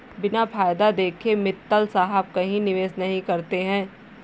बिना फायदा देखे मित्तल साहब कहीं निवेश नहीं करते हैं